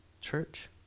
church